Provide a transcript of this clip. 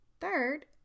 Third